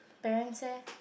parents eh